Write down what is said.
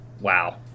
wow